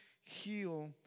heal